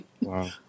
Wow